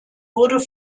wurde